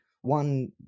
one